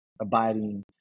Abiding